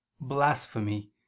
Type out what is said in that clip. blasphemy